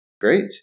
Great